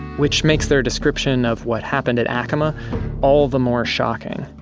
which makes their description of what happened at acoma all the more shocking.